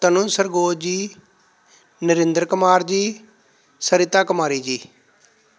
ਤਨੂੰ ਸਰਗੋਜ ਜੀ ਨਰਿੰਦਰ ਕੁਮਾਰ ਜੀ ਸਰਿਤਾ ਕੁਮਾਰੀ ਜੀ